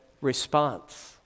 response